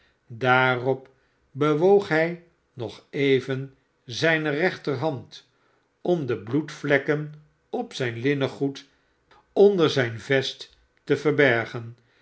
daarop bewoog luj pi ren zijne rechterhand om de bloedvlekken op zijn lirmengoed j sksci zijn vest te verbergen